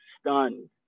stunned